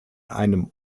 einem